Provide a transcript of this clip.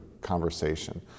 conversation